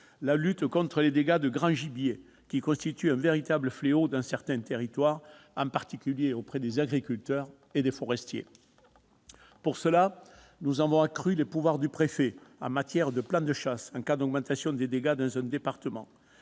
la lutte contre les dégâts de grand gibier, qui constituent un véritable fléau dans certains territoires, en particulier pour les agriculteurs et les forestiers. À cette fin, nous avons accru les pouvoirs du préfet en matière de plans de chasse en cas d'augmentation des dégâts dans un département.